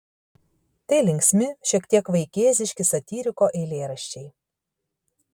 tai linksmi šiek tiek vaikėziški satyriko eilėraščiai